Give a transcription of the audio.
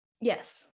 Yes